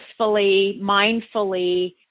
mindfully